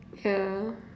ya